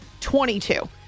22